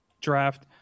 Draft